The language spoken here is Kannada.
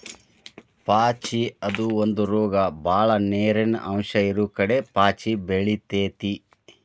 ಪಾಚಿ ಅದು ಒಂದ ರೋಗ ಬಾಳ ನೇರಿನ ಅಂಶ ಇರುಕಡೆ ಪಾಚಿ ಬೆಳಿತೆತಿ